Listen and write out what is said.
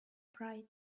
pride